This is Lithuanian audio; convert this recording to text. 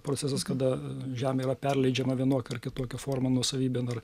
procesas kada žemė yra perleidžiama vienokia ar kitokia forma nuosavybėn ar